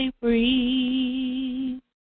breathe